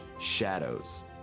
shadows